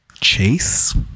Chase